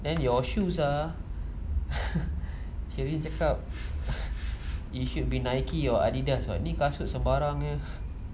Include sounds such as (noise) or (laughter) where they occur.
then your shoes ah (laughs) sheryn cakap (laughs) it should be Nike or Adidas [what] ini kasut sembarangnya